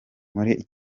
muri